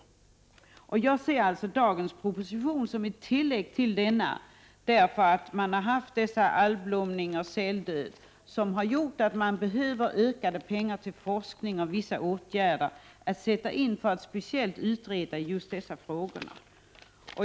Jag ser, som sagt, dagens proposition som ett tillägg till den tidigare propositionen. Algblomningen och säldöden har gjort att det behövs mer pengar till forskning och vissa åtgärder på just detta område.